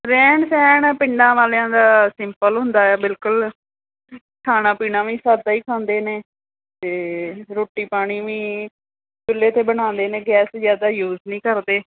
ਰਹਿਣ ਸਹਿਣ ਪਿੰਡਾਂ ਵਾਲਿਆਂ ਦਾ ਸਿੰਪਲ ਹੁੰਦਾ ਆ ਬਿਲਕੁਲ ਖਾਣਾ ਪੀਣਾ ਵੀ ਸਾਦਾ ਹੀ ਖਾਂਦੇ ਨੇ ਅਤੇ ਰੋਟੀ ਪਾਣੀ ਵੀ ਚੁੱਲ੍ਹੇ 'ਤੇ ਬਣਾਉਂਦੇ ਨੇ ਗੈਸ ਜ਼ਿਆਦਾ ਯੂਜ ਨਹੀਂ ਕਰਦੇ